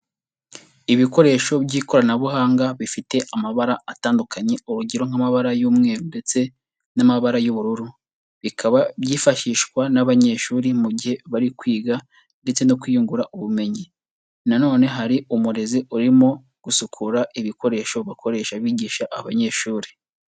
Ibikoresho by'ikoranabuhanga bifite amabara atandukanye urugero nk'amabara y'umweru ndetse n'amabara y'ubururu, bikaba byifashishwa n'abanyeshuri mu gihe bari kwiga ndetse no kwiyungura ubumenyi ,na none hari umurezi urimo gusukura ibikoresho bakoresha bigisha abanyeshuri.